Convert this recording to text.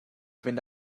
fynd